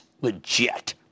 legit